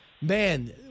Man